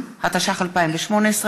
התשע"ח 2018,